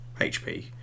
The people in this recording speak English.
HP